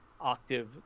octave